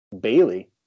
Bailey